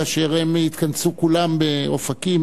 כאשר הם התכנסו כולם באופקים.